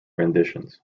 renditions